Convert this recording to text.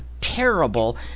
terrible